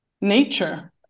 nature